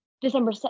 december